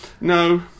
No